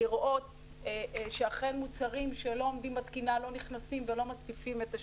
לראות שאכן מוצרים שלא עומדים בתקינה לא נכנסים ולא מציפים את השוק.